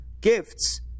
gifts